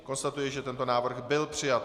Konstatuji, že tento návrh byl přijat.